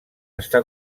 està